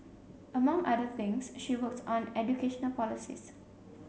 among other things she worked on educational policies